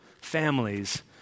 families